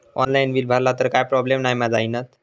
Online bill भरला तर काय प्रोब्लेम नाय मा जाईनत?